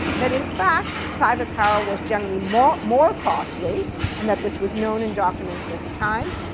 that, in fact, private power was generally more more costly and that this was known and documented at the time,